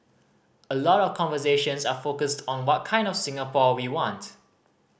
a lot of conversations are focused on what kind of Singapore we want